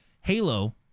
Halo